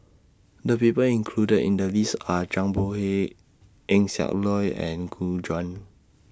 The People included in The list Are Zhang Bohe Eng Siak Loy and Gu Juan